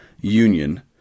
union